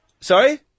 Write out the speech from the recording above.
Sorry